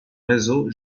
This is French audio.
réseau